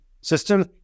system